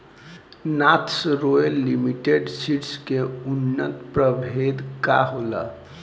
North Royal Limited Seeds के उन्नत प्रभेद का होला?